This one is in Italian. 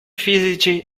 fisici